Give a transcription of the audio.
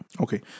Okay